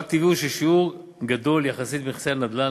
רק טבעי הוא ששיעור גדול יחסית של הנדל"ן